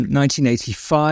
1985